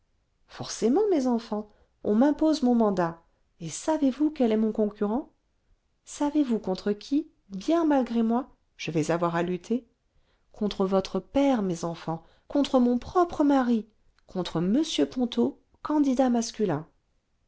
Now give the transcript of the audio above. forcément mes enfants on m'impose mon mandat et savez-vous quel est mon concurrent savez-vous contre qui bien malgré moi je vais avoir à lutter contre votre père mes enfants contre mon propre mari contre m ponto candidat masculin